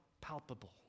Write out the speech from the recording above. palpable